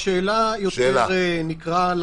שאלה יותר רפואית.